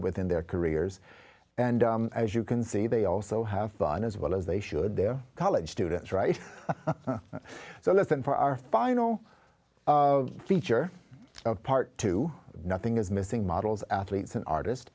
within their careers and as you can see they also have fun as well as they should their college students right so listen for our final feature part two nothing is missing models athletes an artist